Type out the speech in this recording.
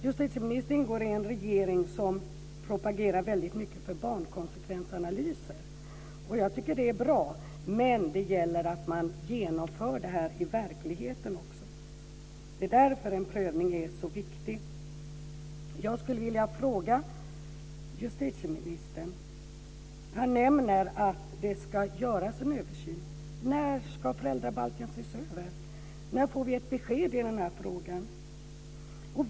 Justitieministern ingår i en regering som propagerar väldigt mycket för barnkonsekvensanalyser. Jag tycker att det är bra, men det gäller att man genomför det i verkligheten också. Det är därför en prövning är så viktigt. Jag skulle vilja ställa några frågor till justitieministern. Han nämner att det ska göras en översyn. När ska föräldrabalken ses över? När får vi ett besked i den frågan?